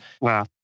Wow